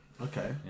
Okay